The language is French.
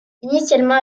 initialement